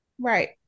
Right